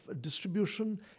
distribution